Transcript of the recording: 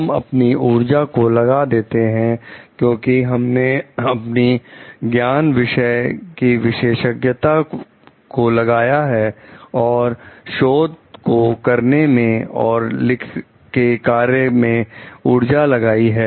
हम अपनी उर्जा को लगा देते हैं क्योंकि हमने अपने ज्ञान विषय की विशेषज्ञता को लगाया है और शोध को करने में और लिख के कार्य में ऊर्जा लगाई है